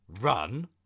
run